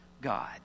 God